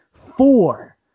Four